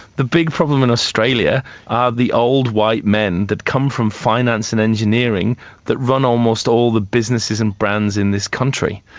the big problem in australia are the old white men who come from finance and engineering that run almost all the businesses and brands in this country.